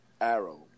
Arrow